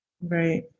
Right